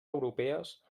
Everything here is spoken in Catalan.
europees